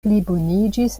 pliboniĝis